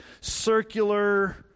circular